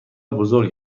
بزرگ